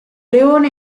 leone